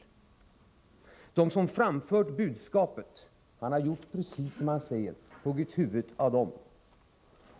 När det gäller dem som framfört budskapet har han gjort precis som han säger — huggit huvudet av dem.